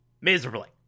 Miserably